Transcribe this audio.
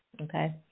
Okay